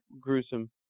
gruesome